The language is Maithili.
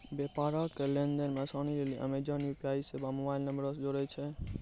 व्यापारो के लेन देन मे असानी लेली अमेजन यू.पी.आई सेबा मोबाइल नंबरो से जोड़ै छै